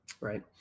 right